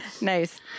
Nice